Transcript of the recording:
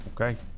Okay